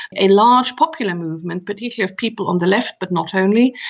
a large popular movement, particularly of people on the left but not only,